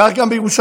כך גם בירושלים.